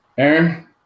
Aaron